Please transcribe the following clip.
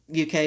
UK